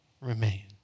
remain